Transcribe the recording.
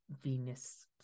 venus